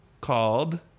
called